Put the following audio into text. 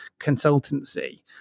consultancy